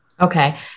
Okay